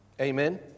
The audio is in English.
Amen